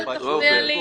אל תפריע.